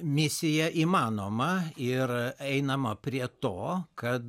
misija įmanoma ir einama prie to kad